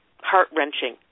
heart-wrenching